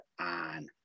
on